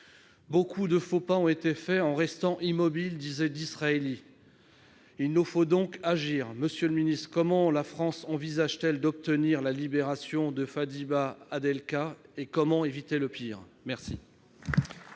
Beaucoup de faux pas ont été faits en restant immobile », disait Disraeli. Il nous faut donc agir ! Comment la France envisage-t-elle d'obtenir la libération de Fariba Adelkhah ? Comment éviter le pire ? La